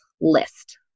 list